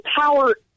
power